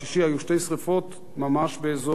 היו שתי שרפות ממש באזור מבשרת-ציון,